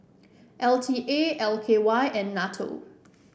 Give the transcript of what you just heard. L T A L K Y and NATO